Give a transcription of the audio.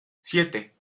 siete